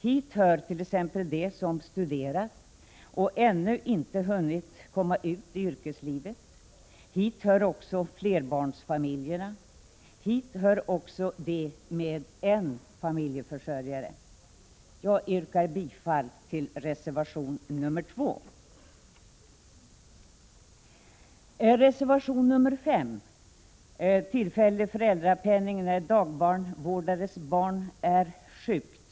Hit hör t.ex. de som studerar och ännu inte hunnit komma ut i yrkeslivet, hit hör också flerbarnsfamiljerna och de med en familjeförsörjare. Jag yrkar bifall till reservation nr 2. Reservation nr 5 gäller tillfällig föräldrapenning när dagbarnvårdares barn är sjukt.